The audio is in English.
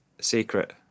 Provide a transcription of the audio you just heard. secret